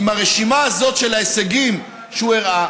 עם הרשימה הזאת של ההישגים שהוא הראה,